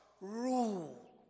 rule